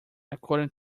according